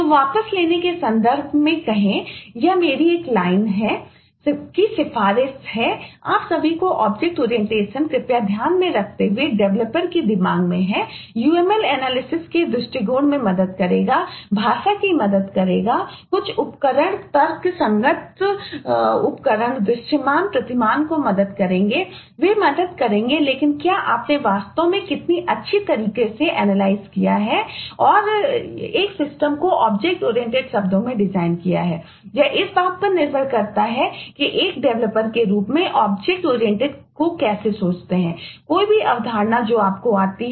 तो वापस लेने के संदर्भ में संक्षेप में कहें यह मेरी एक लाइन क्या है